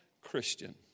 Christian